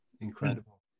incredible